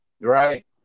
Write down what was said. Right